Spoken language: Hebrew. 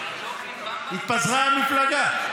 התפזרה המפלגה.